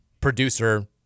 producer